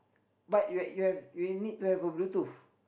but you have you have you need to have a Bluetooth